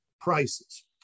prices